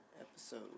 episode